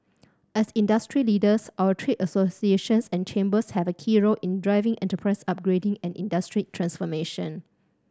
as industry leaders our trade associations and chambers have a key role in driving enterprise upgrading and industry transformation